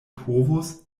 povus